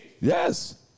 Yes